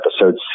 episode